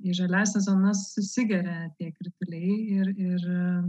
į žaliąsias zonas susigeria tie krituliai ir ir